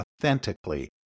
authentically